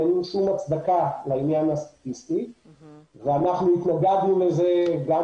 אין שום הצדקה לעניין הזה ואנחנו התנגדנו לזה גם